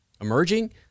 emerging